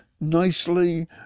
nicely